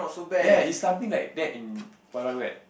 ya it's something like that in Wild-Wild-Wet